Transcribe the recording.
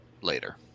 later